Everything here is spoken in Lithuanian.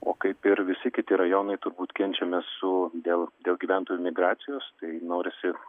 o kaip ir visi kiti rajonai turbūt kenčiame su dėl dėl gyventojų migracijos tai norisi